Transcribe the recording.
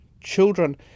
children